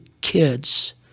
kids